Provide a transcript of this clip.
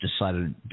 decided